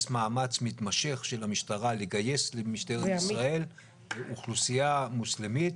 יש מאמץ מתמשך של המשטרה לגייס למשטרת ישראל אוכלוסייה מוסלמית